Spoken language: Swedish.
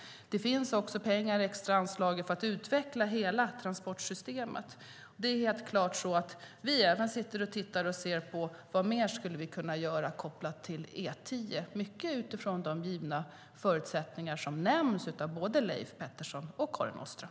Det finns också extra anslagna pengar för att utveckla hela transportsystemet. Det är helt klart så att vi även sitter och tittar på vad vi skulle kunna göra mer kopplat till E10, mycket utifrån de givna förutsättningar som nämns av både Leif Pettersson och Karin Åström.